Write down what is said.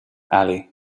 ali